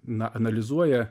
na analizuoja